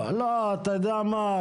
לא, משה, אתה יודע מה?